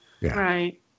Right